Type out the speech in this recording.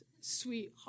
sweetheart